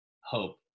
hope